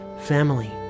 family